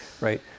right